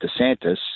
DeSantis